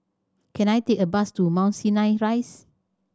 can I take a bus to Mount Sinai Rise